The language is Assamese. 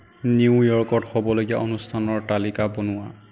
নিউয়ৰ্কত হ'বলগীয়া অনুষ্ঠানৰ তালিকা বনোৱা